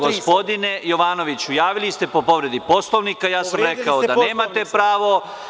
Gospodine Jovanoviću, javili ste se po povredi Poslovnika i ja sam rekao da nemate pravo.